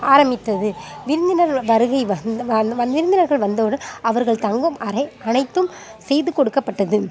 ஆரம்பித்தது விருந்தினர் வருகை வந் வந் வந்து விருந்தினர்கள் வந்தவுடன் அவர்கள் தங்கும் அறை அனைத்தும் செய்து கொடுக்கப்பட்டது